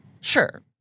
Sure